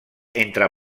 entre